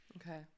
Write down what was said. okay